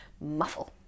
Muffle